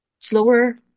slower